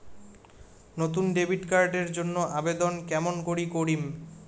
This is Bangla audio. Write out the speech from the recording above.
নতুন ডেবিট কার্ড এর জন্যে আবেদন কেমন করি করিম?